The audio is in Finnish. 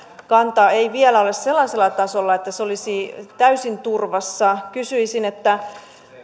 kanta ei vielä ole sellaisella tasolla että se olisi täysin turvassa kysyisin